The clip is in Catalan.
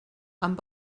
amb